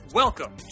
Welcome